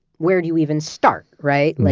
where do you even start, right? like